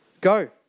Go